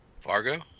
Fargo